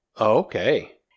Okay